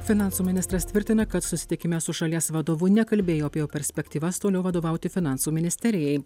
finansų ministras tvirtina kad susitikime su šalies vadovu nekalbėjo apie perspektyvas toliau vadovauti finansų ministerijai